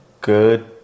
good